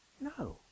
No